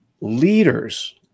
leaders